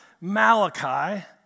Malachi